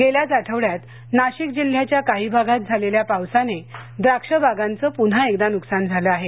गेल्याच आठवड्यात नाशिक जिल्ह्याच्या काही भागात झालेल्या पावसाने द्राक्ष बागांचं पुन्हा किदा नुकसान झालं आहे